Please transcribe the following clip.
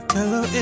Hello